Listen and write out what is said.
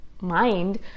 mind